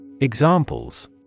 Examples